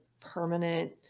permanent